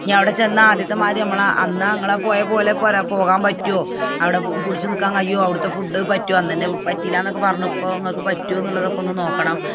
ഇനി അവിടെ ചെന്നാൽ ആദ്യത്തെ മാതിരി നമ്മളെ അന്ന് നിങ്ങൾ പോയത് പോലെ പോകാൻ പറ്റുമോ അവിടെ പിടിച്ച് നിൽക്കാൻ കഴിയുമോ അവിടത്തെ ഫുഡ്ഡ് പറ്റുമോ അന്ന് തന്നെ പറ്റിയില്ല എന്നൊക്കെ പറഞ്ഞു ഇപ്പോൾ നിങ്ങൾക്ക് പറ്റുമോ എന്നുള്ളതൊക്കെ ഒന്ന് നോക്കണം